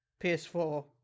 PS4